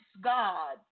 God